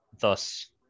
Thus